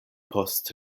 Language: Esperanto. post